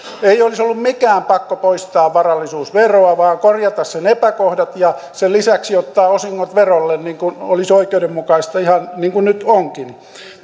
ei olisi ollut mikään pakko poistaa varallisuusveroa vaan korjata sen epäkohdat ja sen lisäksi ottaa osingot verolle niin kuin olisi oikeudenmukaista ja ihan niin kuin nyt onkin